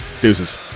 deuces